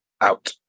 out